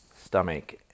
stomach